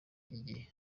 igihe